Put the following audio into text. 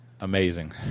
Amazing